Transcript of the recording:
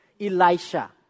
Elisha